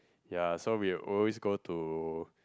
ya so we will always go to